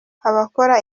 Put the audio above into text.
abakora